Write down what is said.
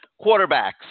Quarterbacks